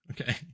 Okay